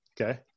Okay